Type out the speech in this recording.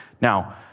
Now